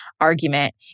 argument